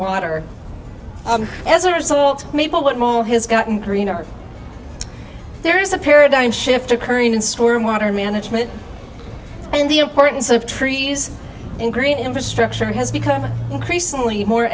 water as a result maplewood mall has gotten greener there is a paradigm shift occurring in storm water management and the importance of trees and green infrastructure has become increasingly more